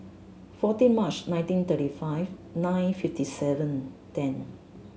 fourteen March nineteen thirty five nine fifty seven ten